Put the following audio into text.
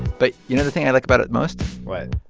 but you know the thing i like about it most? what?